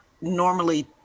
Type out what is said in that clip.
normally